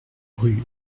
rue